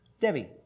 Debbie